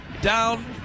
down